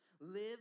Live